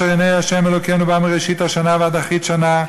אשר עיני ה' אלוקינו בה מראשית השנה ועד אחרית שנה,